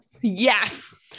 Yes